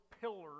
pillars